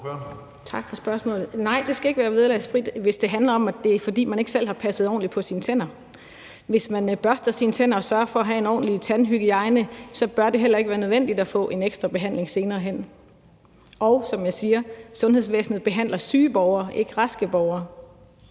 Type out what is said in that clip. Tak for spørgsmålet. Nej, det skal ikke være vederlagsfrit, hvis det handler om, at det er, fordi man ikke selv har passet ordentligt på sine tænder. Hvis man børster sine tænder og sørger for at have en ordentlig tandhygiejne, bør det heller ikke være nødvendigt at få en ekstra behandling senere hen. Og som jeg siger: Sundhedsvæsenet behandler syge borgere, ikke raske borgere.